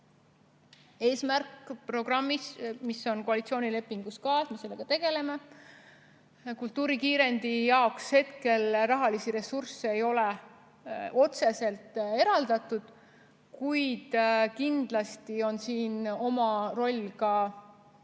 eesmärk programmis. See on koalitsioonilepingus ka ja sellega me tegeleme. Kultuurikiirendi jaoks hetkel rahalisi ressursse ei ole otseselt eraldatud. Kuid kindlasti on siin oma roll ka sellel